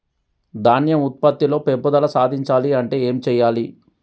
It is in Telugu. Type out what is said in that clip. ధాన్యం ఉత్పత్తి లో పెంపుదల సాధించాలి అంటే ఏం చెయ్యాలి?